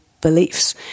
beliefs